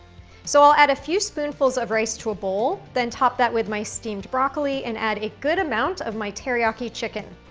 so i'll add a few spoonfuls of rice to a bowl, then top that with my steamed broccoli and add a good amount of my teriyaki chicken.